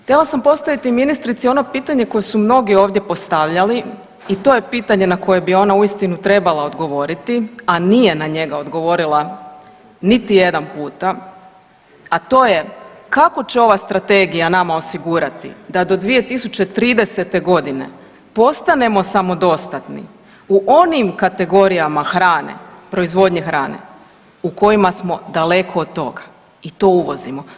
Htjela sam postaviti i ministrici ono pitanje koje su mnogi ovdje postavljali i to je pitanje na koje bi ona uistinu trebala odgovoriti, a nije na njega odgovorila niti jedan puta, a to je kako će ova strategija nama osigurati da do 2030. godine postanemo samodostatnim u onim kategorijama hrane, proizvodnje hrane u kojima smo daleko od toga i to uvozimo.